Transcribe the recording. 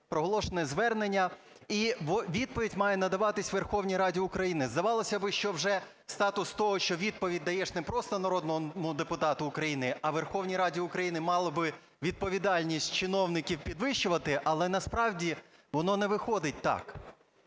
проголошене звернення, і відповідь має надаватись Верховній Раді України. Здавалося би, що вже статус того, що відповідь даєш не просто народному депутату України, а Верховній Раді України, мало би відповідальність чиновників підвищувати, але насправді воно не виходить так.